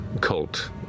cult